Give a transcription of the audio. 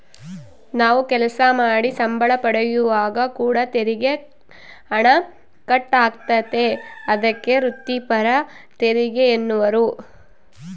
ನಾವು ಕೆಲಸ ಮಾಡಿ ಸಂಬಳ ಪಡೆಯುವಾಗ ಕೂಡ ತೆರಿಗೆ ಹಣ ಕಟ್ ಆತತೆ, ಅದಕ್ಕೆ ವ್ರಿತ್ತಿಪರ ತೆರಿಗೆಯೆನ್ನುವರು